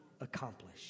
accomplish